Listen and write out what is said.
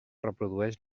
reprodueix